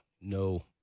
No